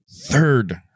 third